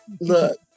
Look